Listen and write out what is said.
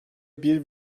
bir